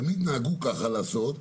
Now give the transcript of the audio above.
תמיד נהגו כך לעשות,